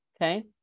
Okay